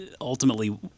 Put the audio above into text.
Ultimately